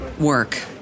work